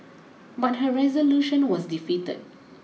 but her resolution was defeated